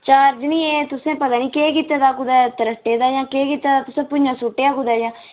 charge नि ऐ तुसें पता नी केह् कीते दा कुदै त्रट्टे दा जां केह् कीते तुसें भुञां सुट्टेआ कुदै